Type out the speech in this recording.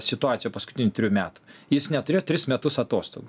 situaciją paskutinių trijų metų jis neturėjo tris metus atostogų